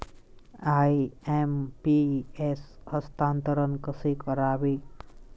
IMPS हस्तांतरण कसे करावे?